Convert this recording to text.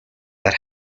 that